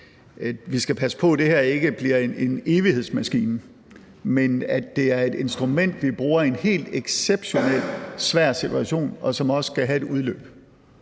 vi skal passe på, at det her ikke bliver en evighedsmaskine, men at det er et instrument, vi bruger i en helt exceptionelt svær situation, og som også skal have et udløb,